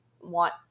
want